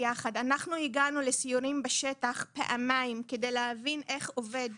אנחנו הגענו פעמיים לסיורים בשטח כדי להבין איך עובד